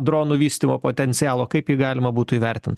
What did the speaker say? dronų vystymo potencialo kaip galima būtų įvertint